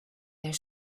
their